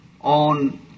on